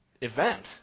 event